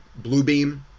Bluebeam